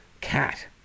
cat